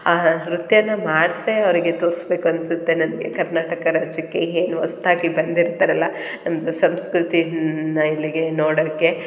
ಆ ನೃತ್ಯನ ಮಾಡ್ಸ್ಯೇ ಅವರಿಗೆ ತೋರಿಸ್ಬೇಕು ಅನಿಸತ್ತೆ ನನಗೆ ಕರ್ನಾಟಕ ರಾಜ್ಯಕ್ಕೆ ಏನು ಹೊಸ್ದಾಗಿ ಬಂದಿರ್ತಾರಲ್ಲ ನಮ್ಮದು ಸಂಸ್ಕೃತಿನ ಇಲ್ಲಿಗೆ ನೋಡಕ್ಕೆ